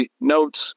notes